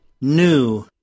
New